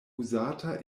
uzata